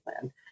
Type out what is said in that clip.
plan